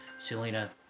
Selena